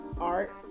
Art